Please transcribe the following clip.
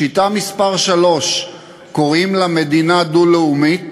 שיטה מס' 3, קוראים לה מדינה דו-לאומית,